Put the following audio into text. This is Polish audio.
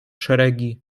szeregi